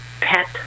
pet